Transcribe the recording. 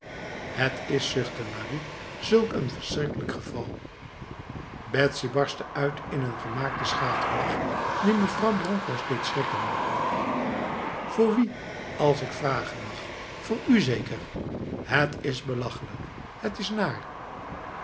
het is zuchtte marie zulk een verschrikkelijk geval betsy barstte uit in een gemaakte schaterlach die mevrouw bronkhorst deed schrikken voor wie als ik vragen mag voor u zeker het is belachelijk het is naar